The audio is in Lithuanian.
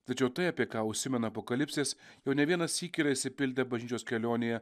tačiau tai apie ką užsimena apokalipsės jau ne vieną sykį yra išsipildę bažnyčios kelionėje